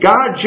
God